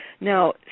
Now